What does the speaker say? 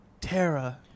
Terra